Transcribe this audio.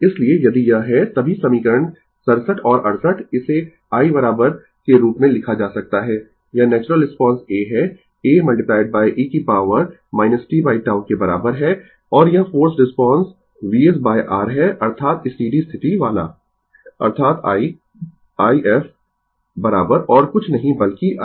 इसलिए यदि यह है तभी समीकरण 67 और 68 इसे i के रूप में लिखा जा सकता है यह नेचुरल रिस्पांस a है a e की पॉवर tτ के बराबर है और यह फोर्स्ड रिस्पांस Vs R है अर्थात स्टीडी स्थिति वाला अर्थात i i f और कुछ नहीं बल्कि iinfinity